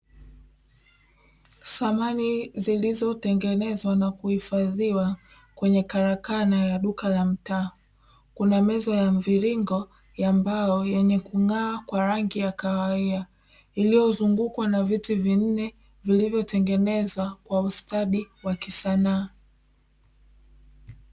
Samani, zilizotengenezwa na mwenyewe, karakana ya duka la mtaa. Kuna meza ya mviringo, ya mbao, yenye kung'aa kwa rangi ya kahawia. Imezungukwa na viti vinne vilivyotengenezwa kwa ustadi wa kisanaa.